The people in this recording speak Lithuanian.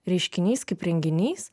reiškinys kaip renginys